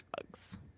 drugs